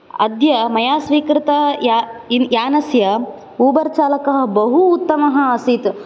अद्य मया स्वीकृता या यानस्य उबर् चालकः बहु उत्तमः आसीत्